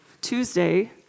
Tuesday